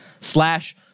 slash